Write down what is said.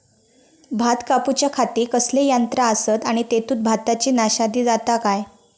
भात कापूच्या खाती कसले यांत्रा आसत आणि तेतुत भाताची नाशादी जाता काय?